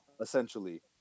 essentially